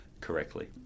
correctly